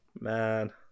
man